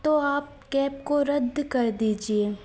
तो आप कैब को रद्द कर दीजिए